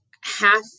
half